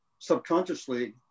subconsciously